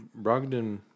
Brogdon